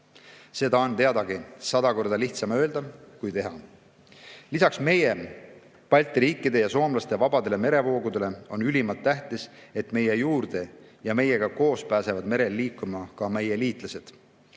Seda on teadagi sada korda lihtsam öelda kui teha. Lisaks meie, Balti riikide ja soomlaste vabadele merevoogudele on ülimalt tähtis, et meie juurde ja meiega koos pääsevad merel liikuma ka meie liitlased.